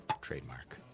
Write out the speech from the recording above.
Trademark